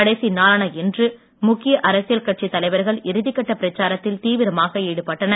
கடைசி நாளான இன்று முக்கிய அரசியல் கட்சித் தலைவர்கள் இறுதிக் கட்ட பிரச்சாரத்தில் தீவிரமாக ஈடுபட்டனர்